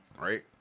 Right